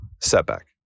setback